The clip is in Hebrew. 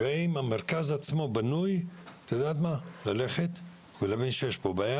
האם המרכז עצמו בנוי ללכת ולהבין שיש פה בעיה?